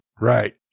Right